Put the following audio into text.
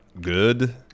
good